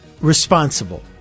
responsible